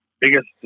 biggest